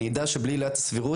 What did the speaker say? אני אדע שבלי עילת סבירות,